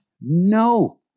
no